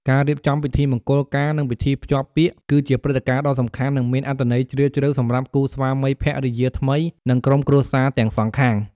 ការរៀបចំពិធីមង្គលការ និងពិធីភ្ជាប់ពាក្យ គឺជាព្រឹត្តិការណ៍ដ៏សំខាន់ និងមានអត្ថន័យជ្រាលជ្រៅសម្រាប់គូស្វាមីភរិយាថ្មី និងក្រុមគ្រួសារទាំងសងខាង។